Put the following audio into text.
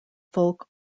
folk